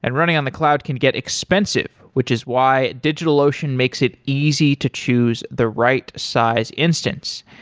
and running on the cloud can get expensive, which is why digitalocean makes it easy to choose the right size instance.